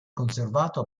conservato